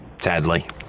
sadly